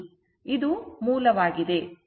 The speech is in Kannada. ಇದು ಮೂಲವಾಗಿದೆ